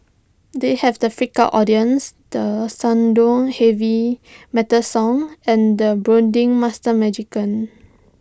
they have the freaked out audience the heavy metal song and the brooding master magician